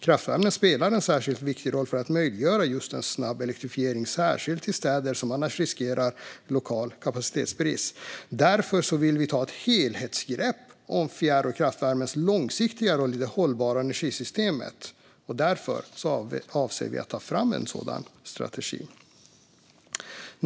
Kraftvärme spelar en särskilt viktig roll för att möjliggöra just en snabb elektrifiering, särskilt i städer som annars riskerar lokal kapacitetsbrist. Därför vill vi ta ett helhetsgrepp om fjärr och kraftvärmens långsiktiga roll i det hållbara energisystemet, och därför avser vi att ta fram en sådan strategi.